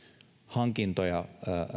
hankintoja